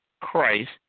Christ